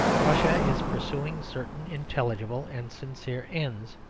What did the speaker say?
russia is pursuing certain intelligible and sincere ends,